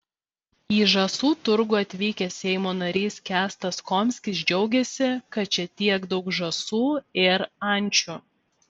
į žąsų turgų atvykęs seimo narys kęstas komskis džiaugėsi kad čia tiek daug žąsų ir ančių